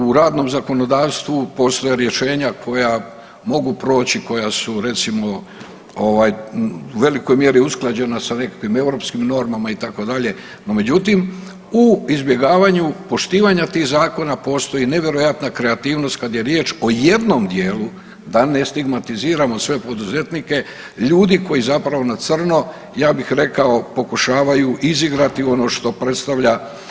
U radnom zakonodavstvu postoje rješenja koja mogu proći koja su recimo ovaj u velikoj mjeri usklađena sa nekakvim europskim normama itd., no međutim u izbjegavanju poštivanja tih zakona postoji nevjerojatna kreativnost kada je riječ o jednom dijelu da ne stigmatiziramo sve poduzetnike, ljudi koji zapravo na crno ja bih rekao pokušavaju izigrati ono što predstavlja.